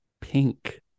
pink